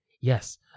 yes